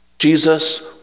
Jesus